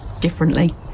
differently